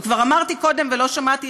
וכבר אמרתי קודם ולא שמעת,